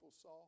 saw